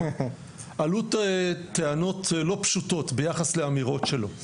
עלו טענות לא פשוטות ביחס לאמירות שלו.